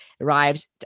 arrives